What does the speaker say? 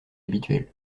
habituel